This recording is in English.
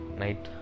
night